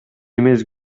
эмес